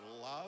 love